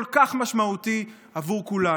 כל כך משמעותי עבור כולנו.